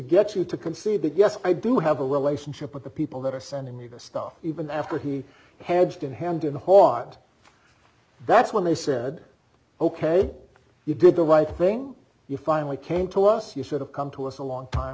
get you to concede that yes i do have a relationship with the people that are sending me this stuff even after he had been handed a hoard that's when they said ok you did the right thing you finally came to us you should have come to us a long time